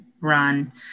run